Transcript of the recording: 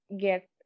get